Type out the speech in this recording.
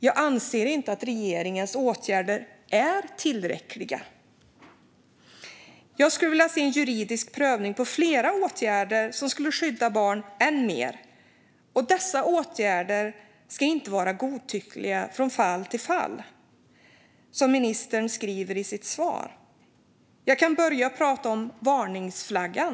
Jag anser att regeringens åtgärder inte är tillräckliga, fru talman. Jag skulle vilja se en juridisk prövning av fler åtgärder som skulle skydda barn mer. Dessa åtgärder ska inte vara godtyckliga - från fall till fall - så som ministern säger i sitt svar. Jag kan börja med att prata om varningsflaggan.